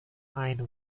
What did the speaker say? ein